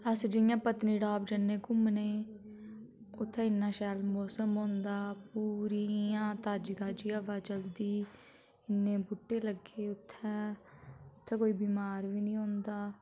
अस जियां पत्नीटाप जन्ने घूमने उत्थें इ'न्ना शैल मोसम होंदा पूरी इ'यां ताजी ताजी हवा चलदी इ'न्ने बूहटे लग्गे दे उत्थै उत्थै कोई बिमार बी नेईं होंदा